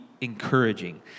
encouraging